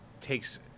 takes